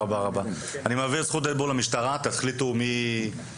את היית בוועדת כספים ראית כמה מיליארדים רצים,